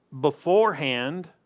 beforehand